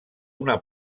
una